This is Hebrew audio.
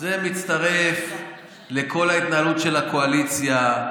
זה מצטרף לכל ההתנהלות של הקואליציה,